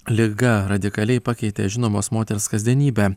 liga radikaliai pakeitė žinomos moters kasdienybę